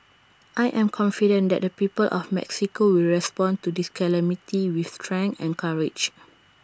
I am confident that the people of Mexico will respond to this calamity with strength and courage